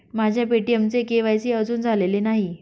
माझ्या पे.टी.एमचे के.वाय.सी अजून झालेले नाही